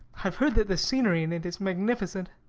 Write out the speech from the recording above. i've heard that the scenery in it is magnificent.